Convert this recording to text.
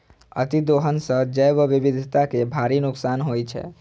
अतिदोहन सं जैव विविधता कें भारी नुकसान होइ छै